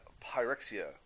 Pyrexia